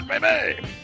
baby